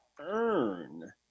earn